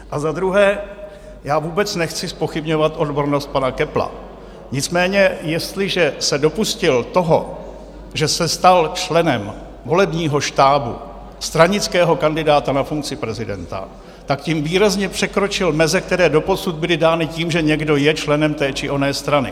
A za druhé, vůbec nechci zpochybňovat odbornost pana Köppla, nicméně jestliže se dopustil toho, že se stal členem volebního štábu stranického kandidáta na funkci prezidenta, tak tím výrazně překročil meze, které doposud byly dány tím, že někdo je členem té či oné strany.